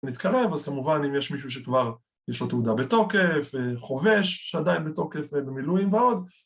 אז כמובן אם יש מישהו שכבר יש לו תעודה בתוקף, חובש שעדיין בתוקף במילואים ועוד